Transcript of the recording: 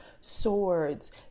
swords